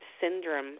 syndrome